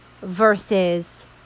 versus